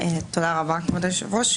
תודה רבה היושב ראש.